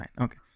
okay